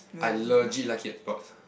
I legit like it a lot